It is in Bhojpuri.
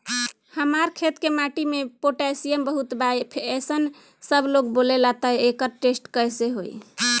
हमार खेत के माटी मे पोटासियम बहुत बा ऐसन सबलोग बोलेला त एकर टेस्ट कैसे होई?